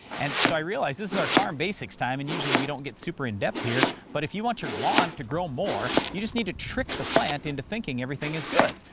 and, so i realize this is our farm basics time and usually we don't get super in-depth here, but if you want your lawn to grow more, you just need to trick the plant into thinking everything is good.